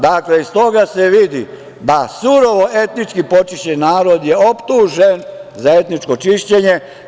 Dakle, iz toga se vidi da surovo etnički počišćen narod je optužen za etničko čišćenje.